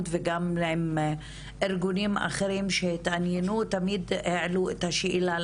וגם עם ארגונים אחרים שהתעניינו תמיד והעלו את השאלה,